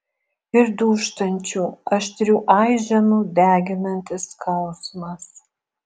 ir dūžtančių aštrių aiženų deginantis skausmas